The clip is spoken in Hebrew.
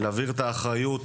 להעביר את האחריות